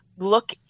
look